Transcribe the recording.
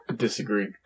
disagree